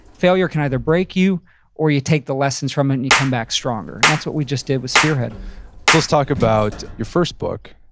failure can either break you or you take the lessons from it and you come back stronger. and that's what we just did with spearhead let's talk about your first book,